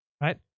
right